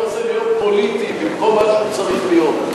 הזה ליום פוליטי במקום מה שהוא צריך להיות,